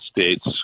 States